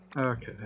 Okay